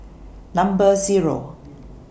Number Zero